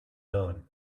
learn